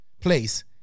place